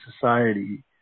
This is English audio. society